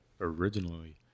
originally